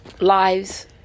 lives